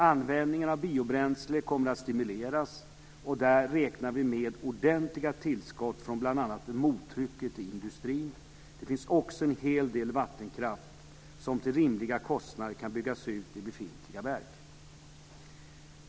Användningen av biobränsle kommer att stimuleras, och där räknar vi med ordentliga tillskott från bl.a. mottrycket i industrin. Det finns också en hel del vattenkraft som till rimliga kostnader kan byggas ut i befintliga verk.